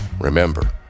Remember